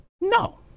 no